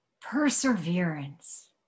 perseverance